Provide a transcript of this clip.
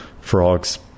Frogs